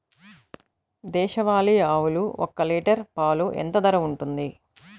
దేశవాలి ఆవులు ఒక్క లీటర్ పాలు ఎంత ధర ఉంటుంది?